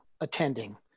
attending